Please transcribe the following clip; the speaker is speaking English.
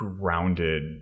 grounded